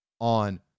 on